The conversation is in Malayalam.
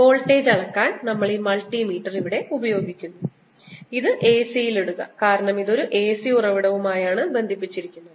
വോൾട്ടേജ് അളക്കാൻ നമ്മൾ ഈ മൾട്ടിമീറ്റർ ഇവിടെ ഉപയോഗിക്കുന്നു ഇത് AC യിൽ ഇടുക കാരണം ഇത് ഒരു AC ഉറവിടവുമായി ബന്ധിപ്പിച്ചിരിക്കുന്നു